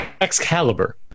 Excalibur